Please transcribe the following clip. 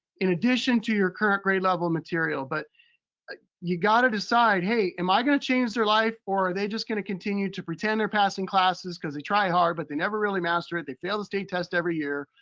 in addition to your current grade level material. but you gotta decide, hey, am i gonna change their life, or are they just gonna continue to pretend they're passing classes cause they try hard, but they never really master it. they fail the state test every year.